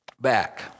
back